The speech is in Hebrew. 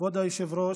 היושב-ראש,